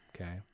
Okay